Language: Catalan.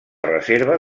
reserva